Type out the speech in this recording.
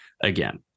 again